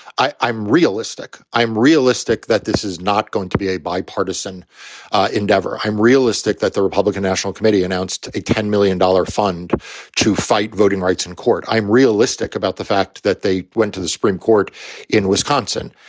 i'm realistic. i'm realistic that this is not going to be a bipartisan endeavor. i'm realistic that the republican national committee announced a ten million dollars fund to fight voting rights in court. i'm realistic about the fact that they went to the supreme court in wisconsin.